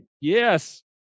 Yes